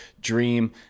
dream